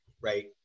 right